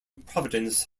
providence